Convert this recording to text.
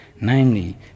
Namely